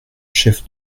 chef